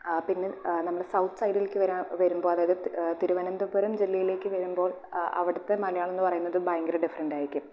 പിന്നെ നമ്മൾ സൗത്ത് സയിഡ്സിലേക്ക് വര വരുമ്പോൾ അതായത് തിരുവനന്തപുരം ജില്ലയിലേക്ക് വരുമ്പോൾ ആ അവിടുത്തെ മലയാളം എന്ന് പറയുന്നത് ഭയങ്കര ഡിഫറെൻറ്റ് ആയിരിക്കും